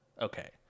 Okay